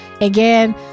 again